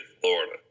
Florida